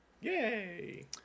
Yay